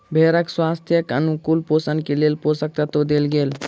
भेड़क स्वास्थ्यक अनुकूल पोषण के लेल पोषक तत्व देल गेल